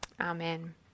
Amen